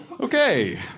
Okay